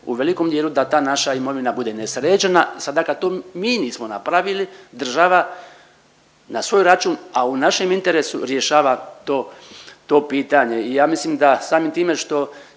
u velikom dijelu da ta naša imovina bude nesređena. Sada kad to mi nismo napravili država na svoj račun, a u našem interesu rješava to pitanje. I ja mislim da samim time što